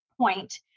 point